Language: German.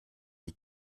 die